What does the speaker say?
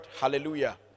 Hallelujah